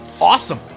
Awesome